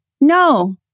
No